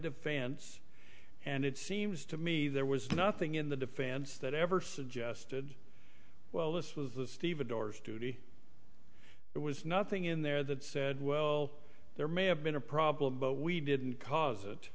defense and it seems to me there was nothing in the defense that ever suggested well this was the stevedores duty it was nothing in there that said well there may have been a problem but we didn't cause it